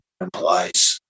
implies